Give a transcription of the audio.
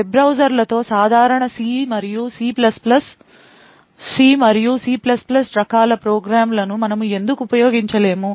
web బ్రౌజర్లతో సాధారణ C మరియు సి రకాల ప్రోగ్రామ్లను మనము ఎందుకు ఉపయోగించలేము